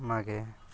ᱚᱱᱟᱜᱮ